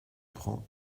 prend